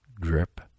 Drip